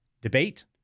debate